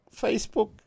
Facebook